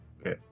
Okay